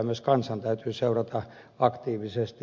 myös kansan täytyy seurata aktiivisesti